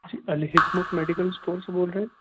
جی Al Hikmat medical store سے بول رہے ہیں